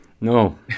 No